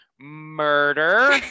Murder